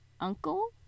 uncle